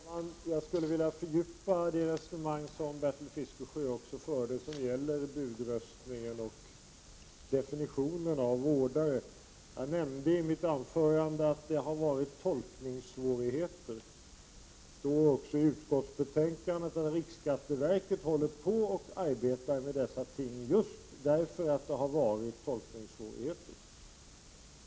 Herr talman! Jag skulle vilja fördjupa det resonemang som Bertil Fiskesjö förde om budröstningen och definitionen av vårdare. Jag nämnde i mitt anförande att det har förekommit tolkningssvårigheter. Det står också i utskottets betänkande att riksskatteverket håller på att arbeta med dessa ting just därför att det har förekommit tolkningssvårigheter.